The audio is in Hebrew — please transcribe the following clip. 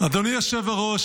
אדוני היושב-ראש,